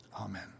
Amen